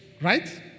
right